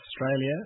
Australia